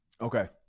Okay